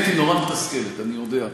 האמת היא נורא מתסכלת, אני יודע.